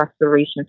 restoration